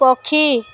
ପକ୍ଷୀ